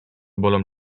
bolą